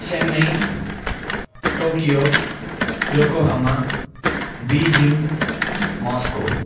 Chennai Tokyo yokohama Beijing Moscow